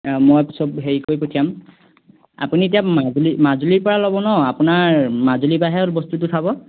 মই সব হেৰি কৰি পঠিয়াম আপুনি এতিয়া মাজুলী মাজুলীৰ পৰা ল'ব নহ্ আপোনাৰ মাজুলীৰ পৰাহে বস্তুটো উঠাব